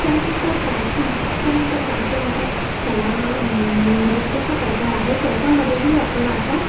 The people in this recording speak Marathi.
अत्यंत प्राचीन अत्यंत प्राचीन असा कला नृत्याचा प्रकार आहे त्याच्यामध्येही आपण आता